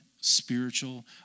spiritual